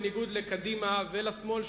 בניגוד לקדימה ולשמאל,